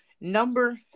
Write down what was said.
Number